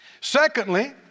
Secondly